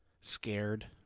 scared